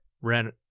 Ran